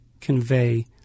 convey